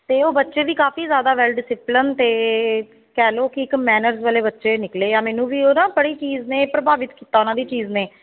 ਅਤੇ ਉਹ ਬੱਚੇ ਦੀ ਕਾਫੀ ਜ਼ਿਆਦਾ ਵੈਲ ਡਿਸਿਪਲਨ ਅਤੇ ਕਹਿ ਲਓ ਕਿ ਇੱਕ ਮੈਨਰਜ਼ ਵਾਲੇ ਬੱਚੇ ਨਿਕਲੇ ਆ ਮੈਨੂੰ ਵੀ ਉਹਦਾ ਬੜੀ ਚੀਜ਼ ਨੇ ਪ੍ਰਭਾਵਿਤ ਕੀਤਾ ਉਹਨਾਂ ਦੀ ਚੀਜ਼ ਨੇ